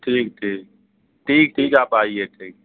ٹھیک ٹھیک ٹھیک ٹھیک آپ آئیے ٹھیک